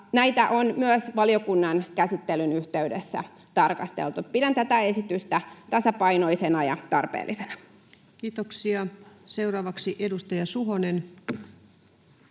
Näitä on myös valiokunnan käsittelyn yhteydessä tarkasteltu. Pidän tätä esitystä tasapainoisena ja tarpeellisena. [Speech 167] Speaker: Ensimmäinen